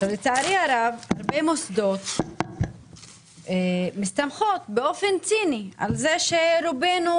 לצערי הרב הרבה מוסדות מסתמכים באופן ציני על זה שרובנו,